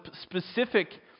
specific